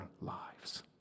lives